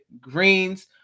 greens